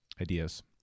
ideas